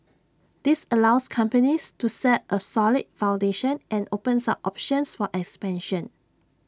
this allows companies to set A solid foundation and opens up options for expansion